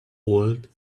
old